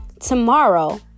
Tomorrow